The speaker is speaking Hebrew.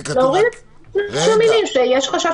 להוריד את המילים "יש חשש